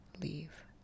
leave